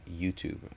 YouTube